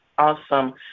Awesome